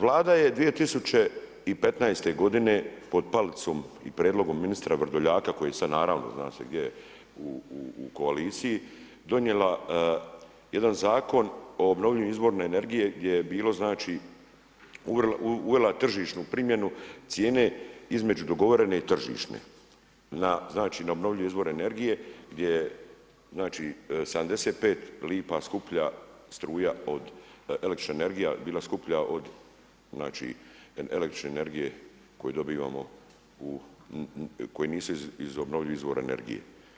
Vlada je 2015. godine pod palicom i prijedlogom ministar Vrdoljaka, koji sad naravno zna se gdje je, u koaliciji, donijela jedan Zakon o obnovljivim izvorima energije gdje je bilo znači, uvela tržišnu primjene cijene između dogovorene i tržišne na znači obnovljive energije gdje je 75 lipa skuplja struja, električna energija bila skuplja od električne energije koji dobivamo, koji nisu iz obnovljivih izvora energije.